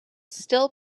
still